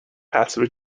passive